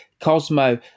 Cosmo